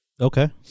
Okay